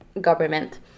government